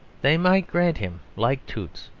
they might grant him, like toots,